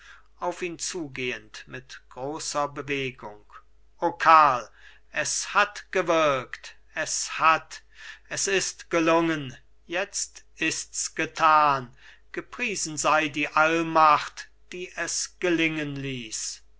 auf ihn zugehend mit großer bewegung o karl es hat gewirkt es hat es ist gelungen jetzt ists getan gepriesen sei die allmacht die es gelingen ließ